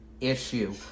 issue